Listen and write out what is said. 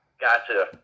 gotcha